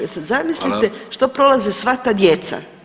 Sad zamislite [[Upadica: Hvala.]] što prolaze sva ta djeca.